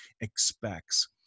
expects